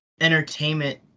entertainment